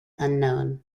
unknown